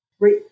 right